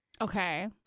Okay